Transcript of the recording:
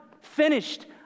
finished